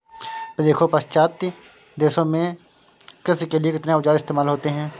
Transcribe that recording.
देखो पाश्चात्य देशों में कृषि के लिए कितने औजार इस्तेमाल होते हैं